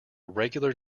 regular